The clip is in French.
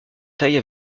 taille